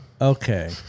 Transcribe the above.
Okay